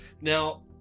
Now